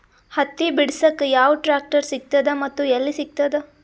ಹತ್ತಿ ಬಿಡಸಕ್ ಯಾವ ಟ್ರಾಕ್ಟರ್ ಸಿಗತದ ಮತ್ತು ಎಲ್ಲಿ ಸಿಗತದ?